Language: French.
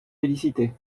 félicités